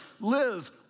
Liz